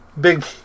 Big